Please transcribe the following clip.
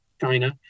China